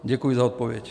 Děkuji za odpověď.